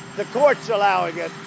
the courts allowing it.